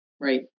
Right